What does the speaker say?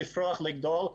לפרוח ולגדול,